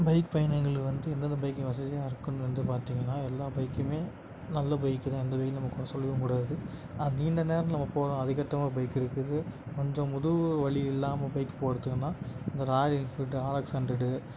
bike பயணங்கள் வந்து எந்தெந்த பைக் வசதியாக இருக்கும்னு வந்து பார்த்தீங்கன்னா எல்லா பைக்குமே நல்ல பைக்கு தான் எந்த பைக்குமே நம்ம கொறை சொல்லவும் கூடாது அது நீண்ட நேரம் நம்ம போகிறோம் அதுக்கேற்ற மாதிரி பைக் இருக்குது கொஞ்சம் முதுகு வலி இல்லாமல் பைக் போறதுக்குன்னால் இந்த ராயல் என்ஃபீல்டு ஆர்எக்ஸ் ஹண்ட்ரடு